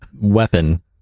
weapon